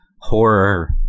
horror